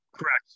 Correct